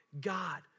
God